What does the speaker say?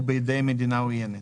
או בידי מדינה עוינת,